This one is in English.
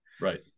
Right